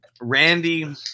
randy